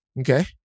Okay